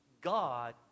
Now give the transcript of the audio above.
God